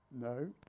No